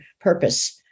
purpose